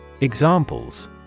Examples